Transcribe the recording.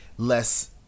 Less